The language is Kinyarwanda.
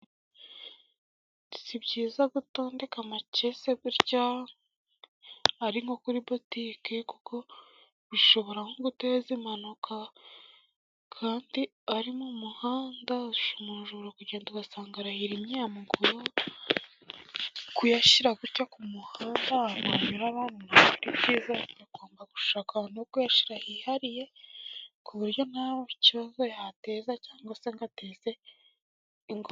Si byiza gutondeka amakesi gutya ari nko kuri butike kuko bishobora nko guteza impanuka, kandi ari mu muhanda, umuntu ashobora kugenda ugasanga arahirimye amuguyeho, kuyashyira gutya ku muhanda ahantu hanyura abantu ntabwo ari ibyiza, bagomba gushaka ahantu ho kuyashira hihariye ku buryo nta kibazo yateza cyangwa se ngo ateze ingorane.